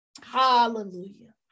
hallelujah